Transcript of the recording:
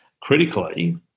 critically